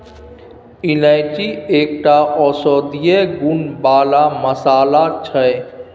इलायची एकटा औषधीय गुण बला मसल्ला छै